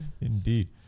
Indeed